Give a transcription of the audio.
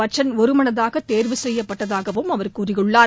பச்சன் ஒருமனதாக தேர்வு செய்யப்பட்டதாகவும் அவர் கூறியுள்ளார்